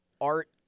art